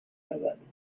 رود